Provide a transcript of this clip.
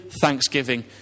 thanksgiving